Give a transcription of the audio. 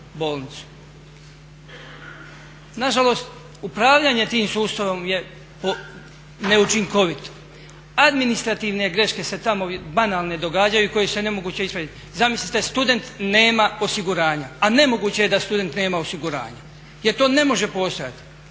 Nažalost, upravljanje tim sustavom je neučinkovito. Administrativne greške se tamo banalne događaju koje je nemoguće ispraviti. Zamislite student nema osiguranja, a nemoguće je da student nema osiguranja jer to ne može postojati,